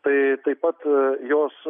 tai taip pat jos